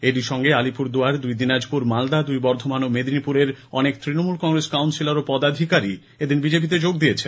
এরই সঙ্গে আলিপুরদুয়ার দুই দিনাজপুর মালদা দুই বর্ধমান ও মেদিনীপুরের অনেক তৃণমূল কংগ্রেস কাউন্সিলার ও পদাধিকারী এদিন বিজেপিতে যোগ দিয়েছেন